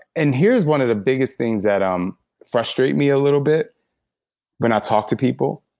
and here's one of the biggest thing that um frustrates me a little bit when i talk to people,